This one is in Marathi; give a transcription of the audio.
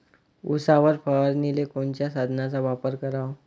उसावर फवारनीले कोनच्या साधनाचा वापर कराव?